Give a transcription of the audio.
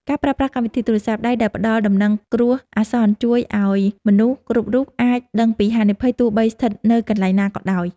ប្រើប្រាស់កម្មវិធីទូរស័ព្ទដៃដែលផ្ដល់ដំណឹងគ្រោះអាសន្នជួយឱ្យមនុស្សគ្រប់រូបអាចដឹងពីហានិភ័យទោះបីស្ថិតនៅកន្លែងណាក៏ដោយ។